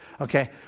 Okay